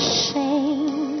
shame